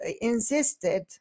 insisted